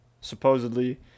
supposedly